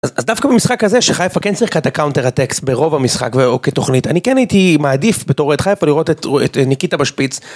אז דווקא במשחק הזה, שחיפה כן צריכה את הקאונטר הטקסט ברוב המשחק וכתוכנית אני כן הייתי מעדיף בתור אוהד חיפה לראות את ניקיטה בשפיץ.